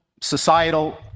societal